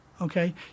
okay